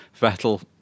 Vettel